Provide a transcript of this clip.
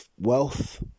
wealth